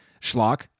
schlock